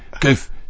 Goof